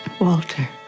Walter